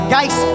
Guys